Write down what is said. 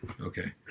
okay